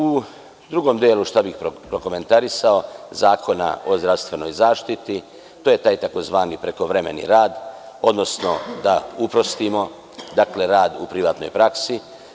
U drugom delu, šta bih prokomentarisao, Zakona o zdravstvenoj zaštiti, to je taj tzv. prekovremeni rad, odnosno da uprostimo, dakle rad u privatnoj praksi.